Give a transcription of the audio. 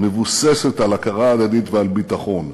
מבוססת על הכרה הדדית ועל ביטחון,